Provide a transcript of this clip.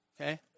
okay